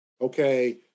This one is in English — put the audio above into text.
Okay